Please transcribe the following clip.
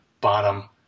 bottom